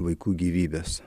vaikų gyvybes